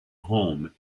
home